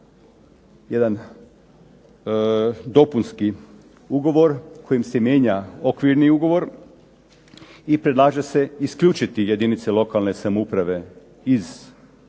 jedan dopunski ugovor kojim se mijenja okvirni ugovor i predlaže se isključiti jedinice lokalne samouprave iz